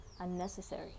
unnecessary